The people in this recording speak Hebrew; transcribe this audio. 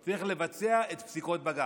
צריך לבצע את פסיקות בג"ץ.